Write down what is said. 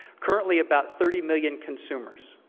currently, about thirty million consumers,